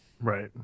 Right